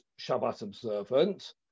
Shabbat-observant